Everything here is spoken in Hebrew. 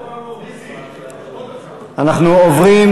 אנחנו עוברים